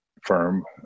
firm